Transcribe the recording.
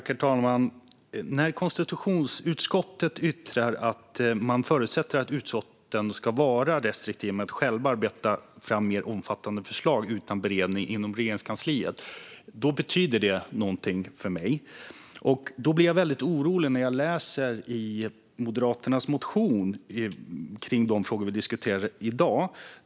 Herr talman! När konstitutionsutskottet yttrar att man förutsätter att utskotten ska vara restriktiva med att själva arbeta fram mer omfattande förslag utan beredning inom Regeringskansliet betyder det någonting för mig. Därför blir jag väldigt orolig när jag läser Moderaternas motion om de frågor som vi diskuterar i dag.